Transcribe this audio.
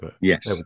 Yes